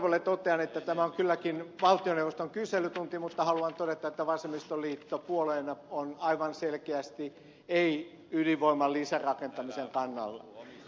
orvolle totean että tämä on kylläkin valtioneuvoston kyselytunti mutta haluan todeta että vasemmistoliiton linja puolueena on aivan selkeästi ei ydinvoiman lisärakentamisen kannalta